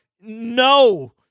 No